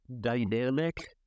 dynamic